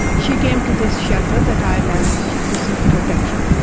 she came to this shelter that i manage to seek protection,